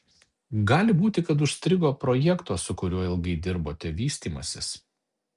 gali būti kad užstrigo projekto su kuriuo ilgai dirbote vystymasis